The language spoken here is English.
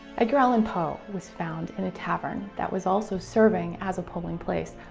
edgar allan poe was found in a tavern that was also serving as a polling place.